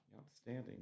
outstanding